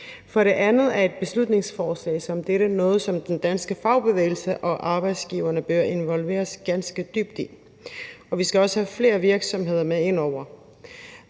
For det andet er et beslutningsforslag som dette noget, som den danske fagbevægelse og arbejdsgiverne bør involveres ganske dybt i, og vi skal også have flere virksomheder med ind over